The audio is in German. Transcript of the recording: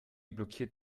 blockiert